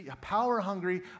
power-hungry